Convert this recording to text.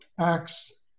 Acts